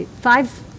five